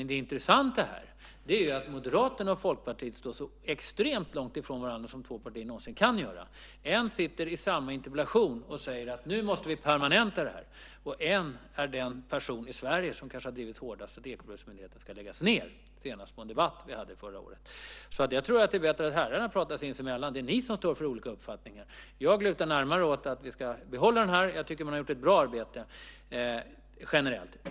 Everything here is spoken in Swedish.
Det intressanta här är ju att Moderaterna och Folkpartiet står så extremt långt ifrån varandra som två partier någonsin kan göra. I samma interpellationsdebatt säger en att nu måste vi permanenta det här; en annan är den person i Sverige som kanske hårdast har drivit att Ekobrottsmyndigheten ska läggas ned, senast vid en debatt vi hade förra året. Jag tror att det vore bättre om herrarna pratade sinsemellan. Det är ni som står för olika uppfattningar. Jag lutar närmare åt att vi ska behålla denna myndighet. Jag tycker att man har gjort ett bra arbete generellt.